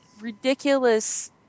ridiculous –